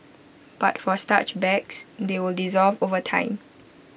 but for starch bags they will dissolve over time